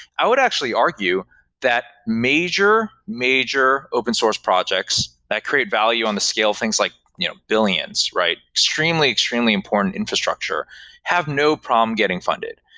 i would actually argue that major, major open source projects that create value on the scale, things like you know billions, extremely, extremely important infrastructure have no problem getting funded.